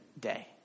day